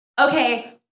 okay